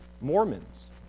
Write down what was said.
Mormons